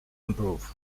improve